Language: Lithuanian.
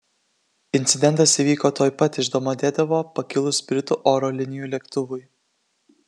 incidentas įvyko tuoj pat iš domodedovo pakilus britų oro linijų lėktuvui